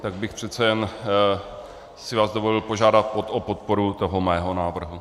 Tak bych přece jen si vás dovolil požádat o podporu toho mého návrhu.